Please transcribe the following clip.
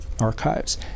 archives